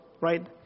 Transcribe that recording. Right